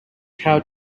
have